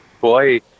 boy